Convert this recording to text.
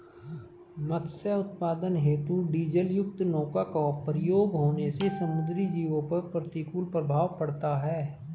मत्स्य उत्पादन हेतु डीजलयुक्त नौका का प्रयोग होने से समुद्री जीवों पर प्रतिकूल प्रभाव पड़ता है